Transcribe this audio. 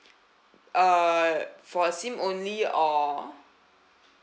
uh for SIM only or